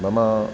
मम